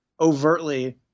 overtly